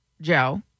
Joe